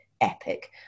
epic